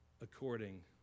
According